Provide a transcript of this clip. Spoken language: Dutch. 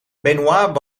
benoît